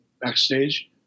backstage